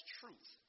truth